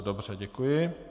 Dobře, děkuji.